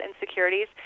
insecurities